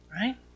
right